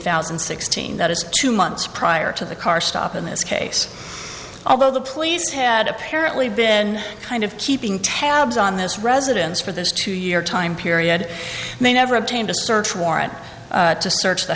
thousand and sixteen that is two months prior to the car stop in this case although the police had apparently been kind of keeping tabs on this residence for this two year time period they never obtained a search warrant to search the